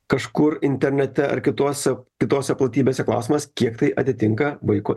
kažkur internete ar kitose kitose platybėse klausimas kiek tai atitinka vaiko